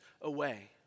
away